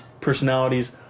personalities